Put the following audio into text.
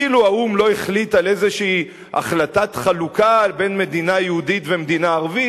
כאילו האו"ם לא החליט איזו החלטת חלוקה בין מדינה יהודית ומדינה ערבית,